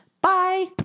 Bye